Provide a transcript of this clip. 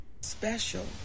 Special